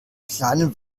kleinen